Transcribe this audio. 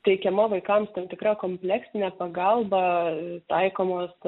teikiama vaikams tam tikra kompleksinė pagalba taikomos